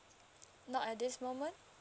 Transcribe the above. not at this moment